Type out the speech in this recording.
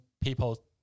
people